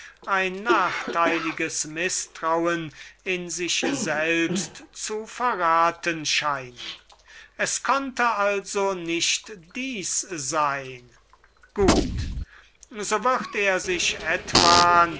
ein nachteiliges mißtrauen in sich selbst zu verraten scheinen es konnte also nicht das sein gut so wird er sich